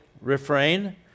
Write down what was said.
refrain